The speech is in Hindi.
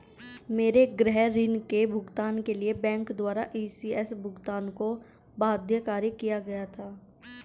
मेरे गृह ऋण के भुगतान के लिए बैंक द्वारा इ.सी.एस भुगतान को बाध्यकारी किया गया था